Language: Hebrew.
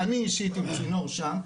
אני אישית עם צינור שם,